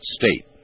state